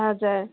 हजुर